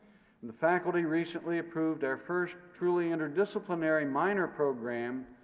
and the faculty recently approved our first truly interdisciplinary minor program,